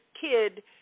kid